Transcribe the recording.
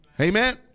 Amen